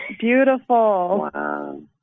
Beautiful